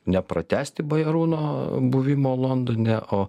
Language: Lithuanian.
nepratęsti bajarūno buvimo londone o